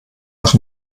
nach